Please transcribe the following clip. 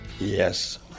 Yes